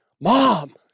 Mom